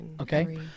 Okay